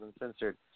Uncensored